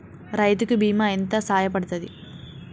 రైతు కి బీమా ఎంత సాయపడ్తది?